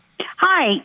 Hi